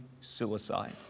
suicide